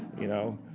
you know?